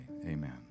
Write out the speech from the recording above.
Amen